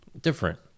Different